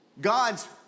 God's